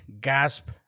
gasp